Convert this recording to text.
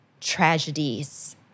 tragedies